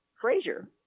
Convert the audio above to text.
Frazier